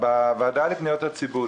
בוועדה לפניות הציבור,